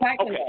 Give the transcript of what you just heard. Okay